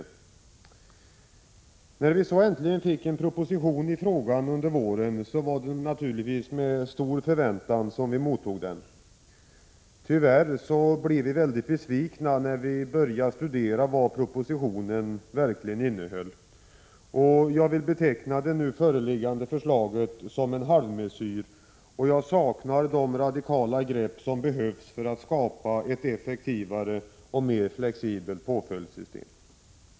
När vi så äntligen fick en proposition i frågan under våren, var det naturligtvis med stor förväntan som vi mottog den. Tyvärr blev vi väldigt besvikna när vi började studera vad propositionen verkligen innehöll. Jag vill beteckna det nu föreliggande förslaget som en halvmesyr. Jag saknar de radikala grepp som behövs för att skapa ett effektivare och mer flexibelt påföljdssystem.